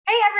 Hey